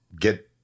get